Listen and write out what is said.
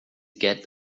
get